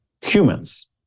humans